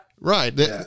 right